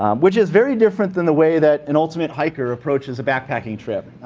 um which is very different than the way that an ultimate hiker approaches a backpacking trip.